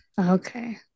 Okay